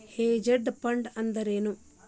Hedge fund ಅಂದ್ರೇನು?